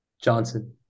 Johnson